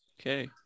okay